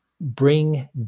bring